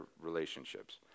relationships